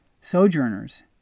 sojourners